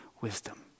wisdom